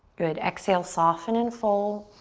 good, exhale, soften and fold.